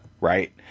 right